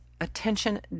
Attention